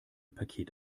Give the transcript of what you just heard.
paket